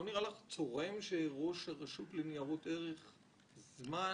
לא נראה לך צורם שראש הרשות לניירות ערך נותן